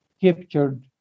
captured